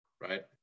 right